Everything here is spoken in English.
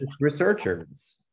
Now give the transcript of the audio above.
researchers